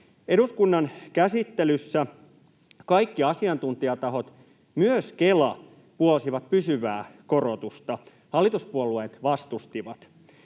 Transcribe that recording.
Eduskunnan käsittelyssä kaikki asiantuntijatahot, myös Kela, puolsivat pysyvää korotusta. Hallituspuolueet vastustivat.